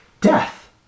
Death